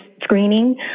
screening